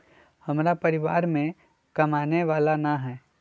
हमरा परिवार में कमाने वाला ना है?